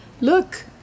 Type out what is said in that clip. look